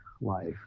life